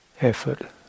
effort